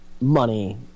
Money